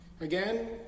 Again